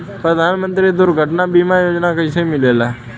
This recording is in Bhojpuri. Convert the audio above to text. प्रधानमंत्री दुर्घटना बीमा योजना कैसे मिलेला?